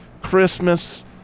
Christmas